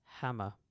hammer